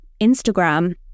Instagram